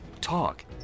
Talk